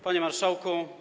Panie Marszałku!